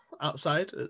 outside